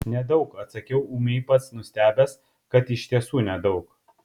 nedaug atsakiau ūmiai pats nustebęs kad iš tiesų nedaug